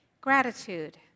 Gratitude